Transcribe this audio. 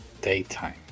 daytime